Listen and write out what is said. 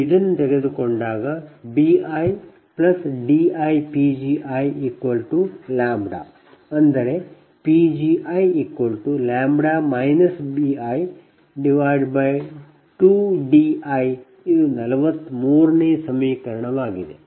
ನೀವು ಇದನ್ನು ತೆಗೆದುಕೊಂಡಾಗ bidiPgiλ ಅಂದರೆ Pgiλ bi2di ಇದು 43ನೇ ಸಮೀಕರಣವಾಗಿದೆ